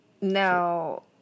No